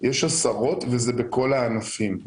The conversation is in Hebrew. יש עשרות וזה בכל הענפים.